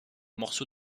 morceau